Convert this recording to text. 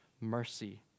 mercy